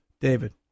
David